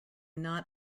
not